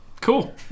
Cool